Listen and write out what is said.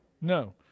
No